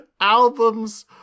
albums